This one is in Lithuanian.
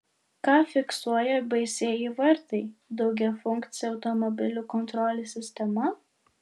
ką fiksuoja baisieji vartai daugiafunkcė automobilių kontrolės sistema